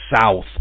south